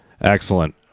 Excellent